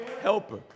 helper